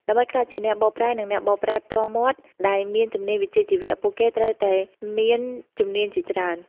ដើម្បីក្លាយជាអ្នកបកប្រែ និងអ្នកបកប្រែផ្ទាល់មាត់ដែលមានជំនាញវិជ្ជាជីវៈ ពួកគេត្រូវតែមានជំនាញជាច្រើន។